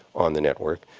on the network.